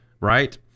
right